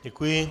Děkuji.